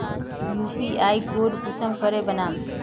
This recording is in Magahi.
यु.पी.आई कोड कुंसम करे बनाम?